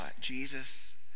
Jesus